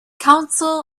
council